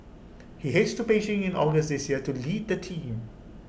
he heads to Beijing in August this year to lead the team